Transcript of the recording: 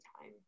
time